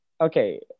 okay